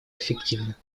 эффективно